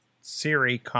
Siri